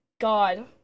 God